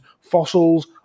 fossils